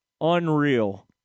Unreal